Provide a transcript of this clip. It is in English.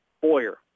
Boyer